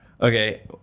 Okay